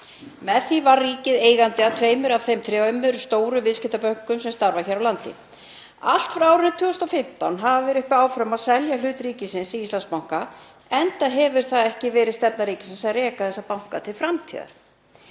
Með því varð ríkið eigandi að tveimur af þeim þremur stóru viðskiptabönkum sem starfa hér á landi. Allt frá árinu 2015 hafa verið uppi áform um að selja hlut ríkisins í Íslandsbanka, enda hefur það ekki verið stefna ríkisins að reka þessa banka til framtíðar.